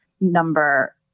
number